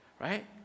Right